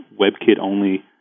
WebKit-only